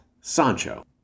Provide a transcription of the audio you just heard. Sancho